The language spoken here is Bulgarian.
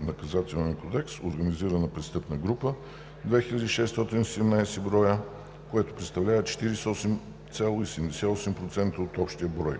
Наказателния кодекс (организирана престъпна група) – 2617 броя, което представлява 48,78% от общия брой;